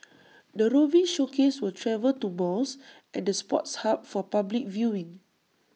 the roving showcase will travel to malls and the sports hub for public viewing